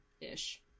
ish